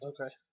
Okay